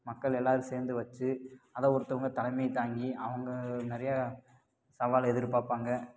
மக்கள் எல்லோரும் சேர்ந்து வச்சு அதை ஒருத்தங்க தலைமை தாங்கி அவங்க நிறைய சவாலை எதிர்பார்ப்பாங்க